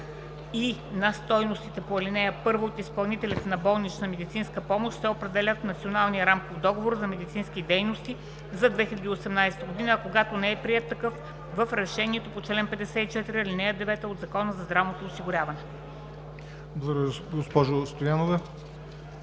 и на стойностите по ал. 1 от изпълнителите на болнична медицинска помощ се определят в Националния рамков договор за медицинските дейности за 2018 г., а когато не е приет такъв – в решението по чл. 54, ал. 9 от Закона за здравното осигуряване.“ ПРЕДСЕДАТЕЛ